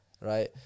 right